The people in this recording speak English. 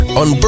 on